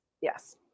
Yes